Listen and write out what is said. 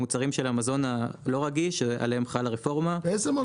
המוצרים של המזון הלא רגיש שעליהם חל הרפורמה -- איזה,